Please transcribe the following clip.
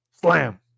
Slam